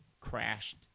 crashed